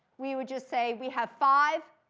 we would just say we have five,